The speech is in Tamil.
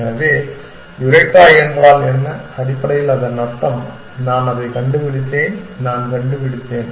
எனவே யுரேகா என்றால் என்ன அடிப்படையில் அதன் அர்த்தம் நான் அதைக் கண்டுபிடித்தேன் நான் கண்டுபிடித்தேன்